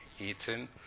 eaten